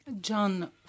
John